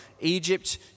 Egypt